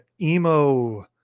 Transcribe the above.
emo